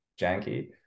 janky